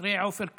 אחרי עופר כסיף,